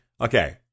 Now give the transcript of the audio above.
Okay